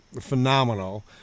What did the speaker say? phenomenal